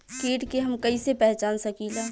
कीट के हम कईसे पहचान सकीला